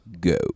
go